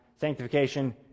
Sanctification